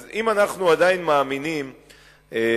אז אם אנחנו עדיין מאמינים שהנרטיב,